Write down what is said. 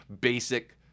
basic